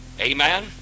Amen